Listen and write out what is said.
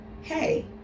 hey